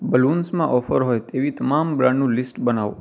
બલૂન્સમાં offer હોય તેવી તમામ બ્રાન્ડનું લિસ્ટ બનાવો